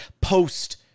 post